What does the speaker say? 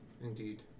Indeed